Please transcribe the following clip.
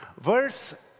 Verse